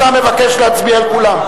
אתה מבקש להצביע על כולם.